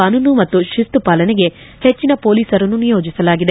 ಕಾನೂನು ಮತ್ತು ಶಿಸ್ತು ಪಾಲನೆಗೆ ಹೆಚ್ಚಿನ ಮೊಲೀಸರನ್ನು ನಿಯೋಜಿಸಲಾಗಿದೆ